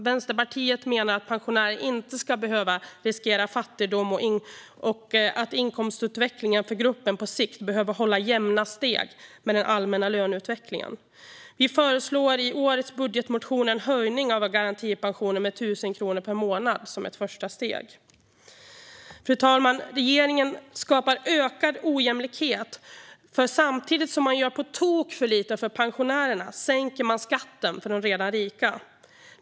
Vänsterpartiet menar att pensionärer inte ska behöva riskera fattigdom och att inkomstutvecklingen för gruppen på sikt behöver hålla jämna steg med den allmänna löneutvecklingen. Vi föreslår i årets budgetmotion en höjning av garantipensionen med 1 000 kronor per månad, som ett första steg. Fru talman! Regeringen skapar ökad ojämlikhet, för samtidigt som man gör på tok för lite för pensionärerna sänker man skatten för de redan rika.